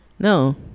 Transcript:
no